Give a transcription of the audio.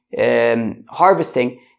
Harvesting